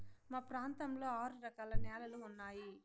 మా ప్రాంతంలో ఆరు రకాల న్యాలలు ఉన్నాయి